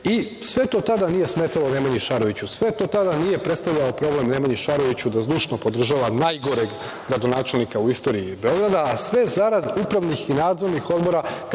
to tada nije smetalo Nemanji Šaroviću. Sve to tada nije prestavljalo problem Nemanji Šaroviću da zdušno podržava najgoreg gradonačelnika u istoriji Beograda, a sve zarad upravnih i nadzornih odbora